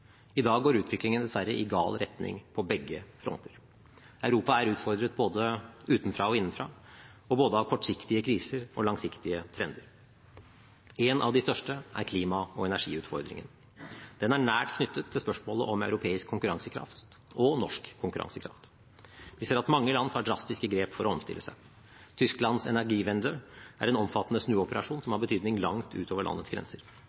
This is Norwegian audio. I dag går utviklingen dessverre i gal retning på begge fronter. Europa er utfordret både utenfra og innenfra og av både kortsiktige kriser og langsiktige trender. En av de største er klima- og energiutfordringen. Den er nært knyttet til spørsmålet om europeisk konkurransekraft – og norsk konkurransekraft. Vi ser at mange land tar drastiske grep for å omstille seg. Tysklands «Energiewende» er en omfattende snuoperasjon, som har betydning langt ut over landets grenser.